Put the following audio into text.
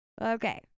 Okay